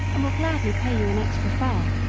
and will gladly pay you an extra fare.